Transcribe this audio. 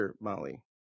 Molly